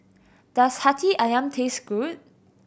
does Hati Ayam taste good